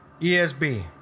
ESB